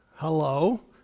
hello